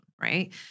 right